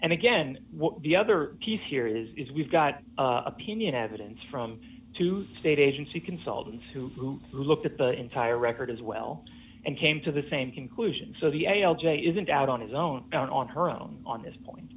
and again the other piece here is we've got opinion evidence from two state agency consultants who looked at the entire record as well and came to the same conclusion so he isn't out on his own on her own on this point